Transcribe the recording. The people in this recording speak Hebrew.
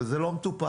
וזה לא מטופל.